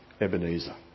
Ebenezer